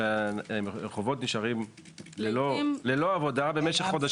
שרחובות נשארים ללא עבודה במשך חודשים.